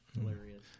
Hilarious